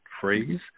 phrase